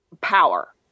power